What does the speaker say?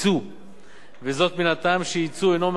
וזאת מן הטעם שיצוא אינו מהווה צריכה בישראל,